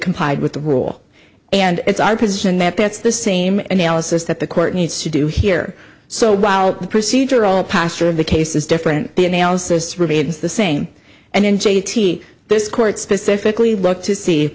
complied with the rule and it's our position that that's the same analysis that the court needs to do here so while the procedure all pastor of the case is different biennale says remains the same and njt this court specifically look to see